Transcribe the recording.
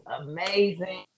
amazing